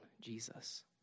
Jesus